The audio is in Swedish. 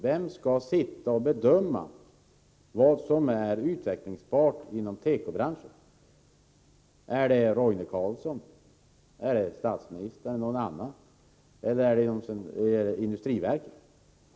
Vem skall sitta och bedöma vad som är utvecklingsbart inom tekobranschen? Är det Roine Carlsson, är det statsministern eller är det industriverket?